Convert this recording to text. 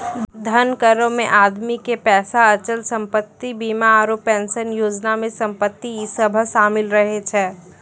धन करो मे आदमी के पैसा, अचल संपत्ति, बीमा आरु पेंशन योजना मे संपत्ति इ सभ शामिल रहै छै